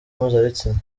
mpuzabitsina